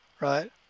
right